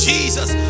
Jesus